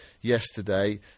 yesterday